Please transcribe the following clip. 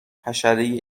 حشره